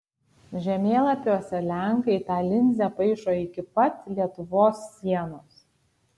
žemėlapiuose lenkai tą linzę paišo iki pat lietuvos sienos